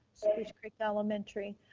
creek elementary,